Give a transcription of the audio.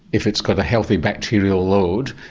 if it's got a healthy bacterial load,